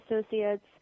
Associates